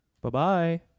Bye-bye